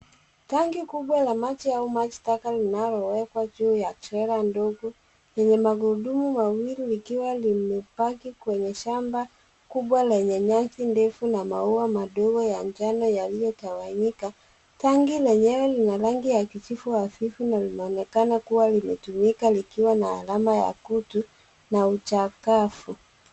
Tanki kubwa la maji au maji taka linalowekwa juu ya trela ndongo yenye magurudumu mawili likiwa limebaki kwenye shamba kubwa lenye nyasi ndefu na maua madogo ya njano yaliyo tawanyika. Tanki lenyewe lina rangi ya kijivu hafifu na linaonekana kuwa limetumika likiwa na alama ya kutu na uchakafu.